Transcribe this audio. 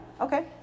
Okay